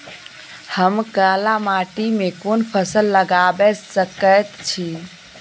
हम काला माटी में कोन फसल लगाबै सकेत छी?